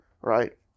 right